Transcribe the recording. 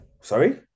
Sorry